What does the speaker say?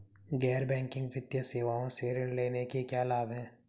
गैर बैंकिंग वित्तीय सेवाओं से ऋण लेने के क्या लाभ हैं?